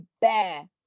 bear